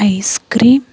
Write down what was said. ice cream